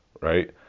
right